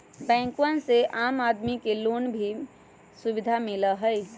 बैंकवन से आम आदमी के लोन के भी सुविधा मिला हई